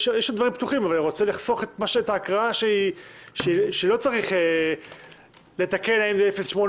יש עוד דברים פתוחים אבל אני רוצה לחסוך את ההקראה שלא צריך לתקן ל-0.8,